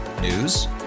News